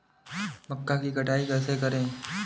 मक्का की कटाई कैसे करें?